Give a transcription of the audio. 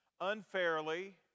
unfairly